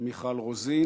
מיכל רוזין.